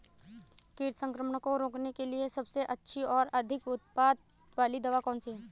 कीट संक्रमण को रोकने के लिए सबसे अच्छी और अधिक उत्पाद वाली दवा कौन सी है?